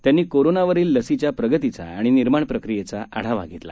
त्यांनीशहरातकोरोनावरीललसीच्याप्रगतिचाआणिनिर्माणप्रक्रियेचाआढावाघेतला